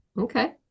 Okay